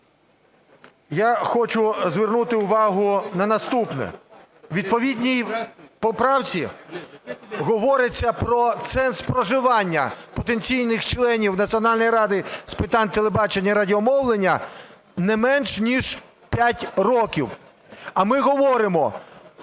Я хочу звернути увагу на наступне. У відповідній поправці говориться про ценз проживання потенційних членів Національної ради з питань телебачення і радіомовлення не менше, ніж 5 років.